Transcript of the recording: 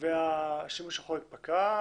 השימוש החורג פקע.